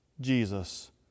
Jesus